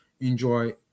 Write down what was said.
enjoy